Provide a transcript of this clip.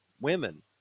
women